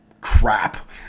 crap